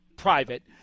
private